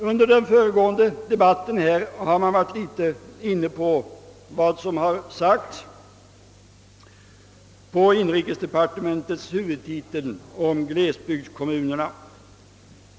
Under den föregående debatten har också talats om det avsnitt i inrikesdepartementets huvudtitel som rör plane rade åtgärder i glesbygdskommunerna.